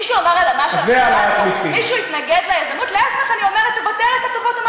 מישהו אמר הלאמה של החברה הזאת?